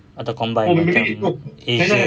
atau combine macam asia